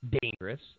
dangerous